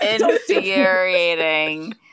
Infuriating